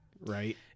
right